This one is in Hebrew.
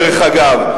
דרך אגב,